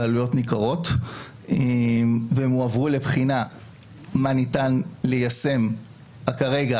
בעלויות ניכרות והם הועברו לבחינה מה ניתן ליישם כרגע,